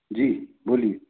जी बोलिए